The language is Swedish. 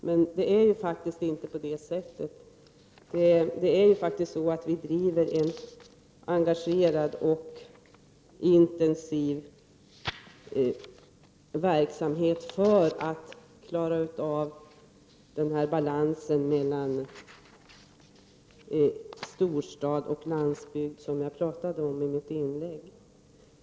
Men det är ju faktiskt så att vi driver en engagerad och intensiv verksamhet för att klara balansen mellan storstad och landsbygd som jag pratade om.